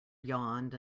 yawned